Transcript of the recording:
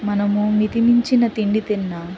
మనము మితిమించిన తిండి తిన్న